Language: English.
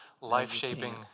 life-shaping